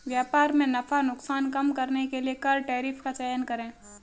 व्यापार में नफा नुकसान कम करने के लिए कर टैरिफ का चयन करे